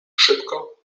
szybko